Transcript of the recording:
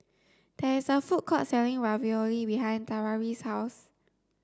there is a food court selling Ravioli behind Tavaris' house